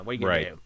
right